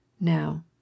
Now